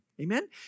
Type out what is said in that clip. Amen